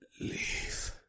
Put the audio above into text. leave